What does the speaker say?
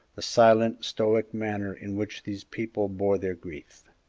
the silent, stoical manner in which these people bore their grief.